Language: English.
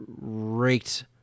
raked